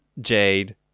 Jade